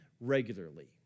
regularly